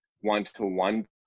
one-to-one